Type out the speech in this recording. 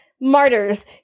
martyrs